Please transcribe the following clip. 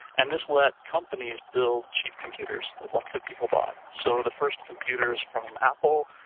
and this let companies build cheap computers that lots of people bought. so the first computers from apple,